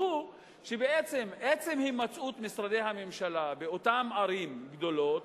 והוא שבעצם הימצאות משרדי הממשלה באותן ערים גדולות